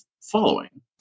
following